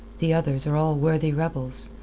the others are all worthy rebels.